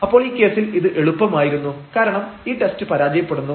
അപ്പോൾ ഈ കേസിൽ ഇത് എളുപ്പമായിരുന്നു കാരണം ഈ ടെസ്റ്റ് പരാജയപ്പെടുന്നു